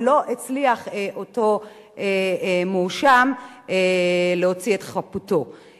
ולא הצליח אותו מואשם להוציא את חפותו.